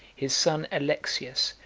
his son alexius,